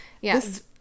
Yes